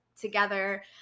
together